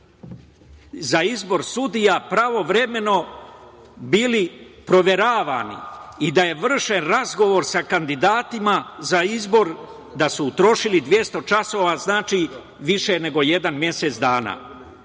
za izbor sudija pravovremeno bili proveravani i da je vršen razgovor sa kandidatima za izbor da su utrošili 200 časova, znači više nego jedan mesec dana. Nije